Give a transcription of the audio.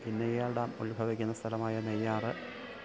Chinnayar dam ഉത്ഭവിക്കുന്ന സ്ഥലമായ നെയ്യാറ്